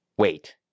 Wait